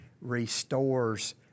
restores